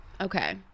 Okay